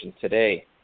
today